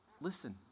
Listen